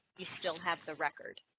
you still have the record